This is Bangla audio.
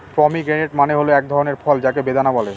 পমিগ্রেনেট মানে হল এক ধরনের ফল যাকে বেদানা বলে